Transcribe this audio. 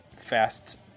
fast